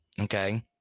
okay